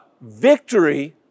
victory